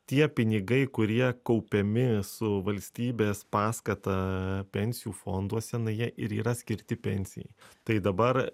tie pinigai kurie kaupiami su valstybės paskata pensijų fonduose jie ir yra skirti pensijai tai dabar